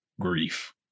grief